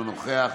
אינו נוכח,